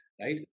Right